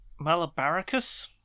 malabaricus